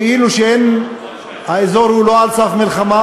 כאילו האזור אינו על סף מלחמה.